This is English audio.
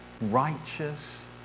righteous